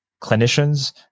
clinicians